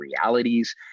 realities